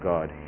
God